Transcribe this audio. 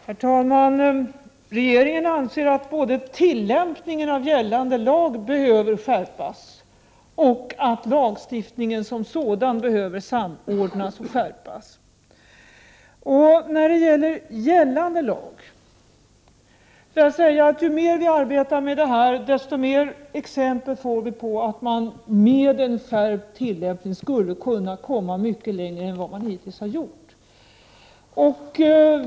Herr talman! Regeringen anser både att tillämpningen av gällande lag behöver skärpas och att lagstiftningen som sådan behöver samordnas och skärpas. Vad beträffar gällande lag vill jag säga att ju mer vi arbetar med detta, desto fler exempel får vi på att man med en skärpt tillämpning skulle kunna komma mycket längre än vad man hittills har gjort.